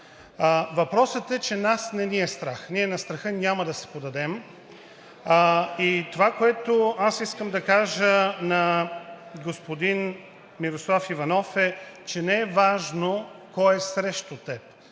Въпросът е, че нас не ни е страх, ние на страха няма да се поддадем. И това, което искам да кажа на господин Мирослав Иванов, е, че не е важно кой е срещу теб,